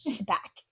back